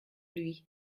lui